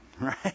Right